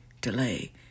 delay